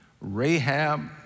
Rahab